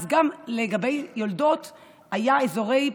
אז גם לגבי יולדות היו אזורים,